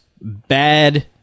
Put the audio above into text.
Bad